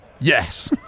yes